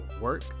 work